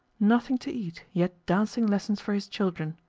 nothing to eat, yet dancing lessons for his children!